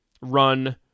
run